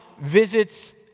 visits